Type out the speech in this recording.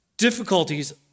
difficulties